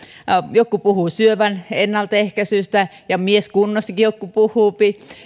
jotkut puhuvat syövän ennaltaehkäisystä ja mieskunnostakin jotkut puhuvat